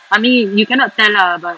I mean you cannot tell lah but